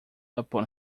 upon